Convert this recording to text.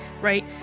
right